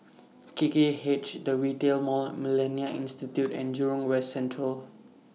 K K H The Retail Mall Millennia Institute and Jurong West Central